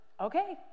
Okay